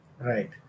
Right